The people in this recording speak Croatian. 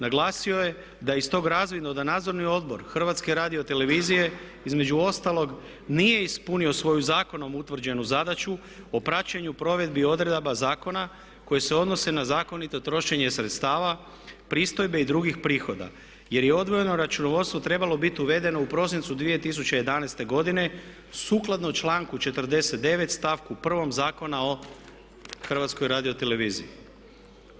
Naglasio je da je iz tog razvidno da Nadzorni odbor Hrvatske radiotelevizije između ostalog nije ispunio svoju zakonom utvrđenu zadaću o praćenju provedbi odredaba zakona koje se odnose na zakonito trošenje sredstava pristojbe i drugih prihoda, jer je odvojeno računovodstvo trebalo biti uvedeno u prosincu 2011. godine sukladno članku 49. stavku 1. Zakona o HRT-u.